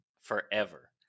forever